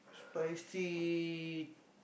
spicy